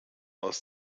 aus